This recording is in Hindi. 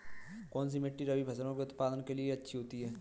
कौनसी मिट्टी रबी फसलों के उत्पादन के लिए अच्छी होती है?